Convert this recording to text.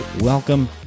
Welcome